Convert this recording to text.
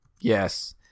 Yes